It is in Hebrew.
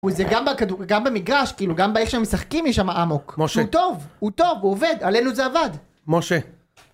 וזה גם במגרש, כאילו, גם באיך שהם משחקים, יש שם אמוק. -משה. -הוא טוב, הוא טוב, הוא עובד, עלינו זה עבד. -משה.